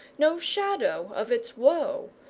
no shadow of its woe,